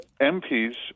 MPs